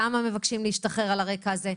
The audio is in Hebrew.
כמה מבקשים להשתחרר על הרקע הזה.